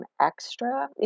extra